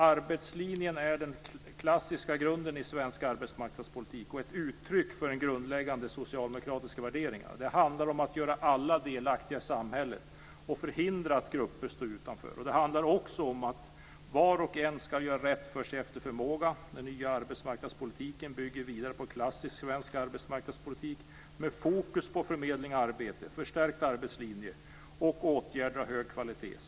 Arbetslinjen är den klassiska grunden i svensk arbetsmarknadspolitik och ett uttryck för grundläggande socialdemokratiska värderingar. Det handlar om att göra alla delaktiga i samhället och förhindra att grupper står utanför. Det handlar också om att var och en ska göra rätt för sig efter förmåga. Den nya arbetsmarknadspolitiken bygger vidare på klassisk svensk arbetsmarknadspolitik med fokus på förmedling och arbete, förstärkt arbetslinje och åtgärder av hög kvalitet.